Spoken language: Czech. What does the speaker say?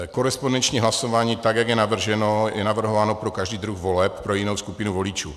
Korespondenční hlasování, jak je navrženo, je navrhováno pro každý druh voleb pro jinou skupinu voličů.